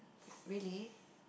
really